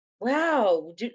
wow